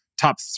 top